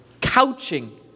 couching